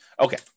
Okay